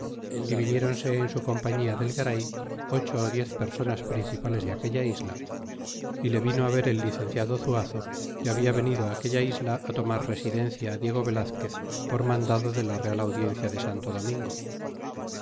y viniéronse en su compañía del garay ocho ó diez personas principales de aquella isla y le vino ver el licenciado zuazo que habla venido aquella isla tomar residencia diego velazquez por mandado de la real audiencia de santo domingo